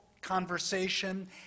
conversation